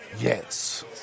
Yes